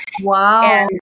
Wow